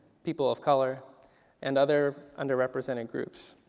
people of color and other under represented groups.